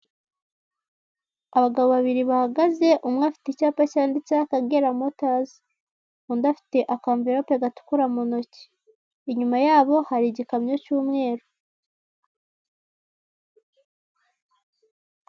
Abagabo babiri bahagaze umwe afite icyapa cyanditseho Akagera motozi undi afite akamvirope gatukura mu ntoki inyuma yabo hari igikamyo cy'umweru.